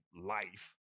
life